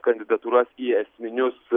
kandidatūras į esminius